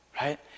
right